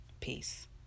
Peace